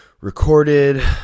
Recorded